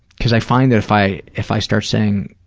because i find that if i if i start saying,